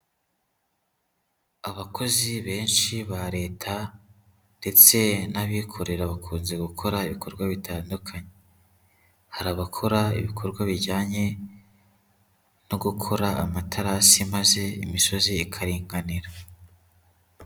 Abakozi benshi ba Leta ndetse n'abikorera bakunze gukora ibikorwa bitandukanye. Hari abakora ibikorwa bijyanye no gukora amaterasi maze imisozi ikaringanira.